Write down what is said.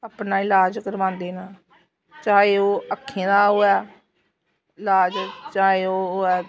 अपना इलाज करवांदे न चाहे ओह् अक्खें दा होऐ इलाज चाहें ओह् होऐ